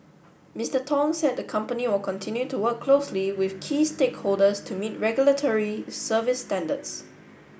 Mister Tong said the company will continue to work closely with key stakeholders to meet regulatory service standards